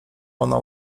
ona